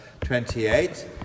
28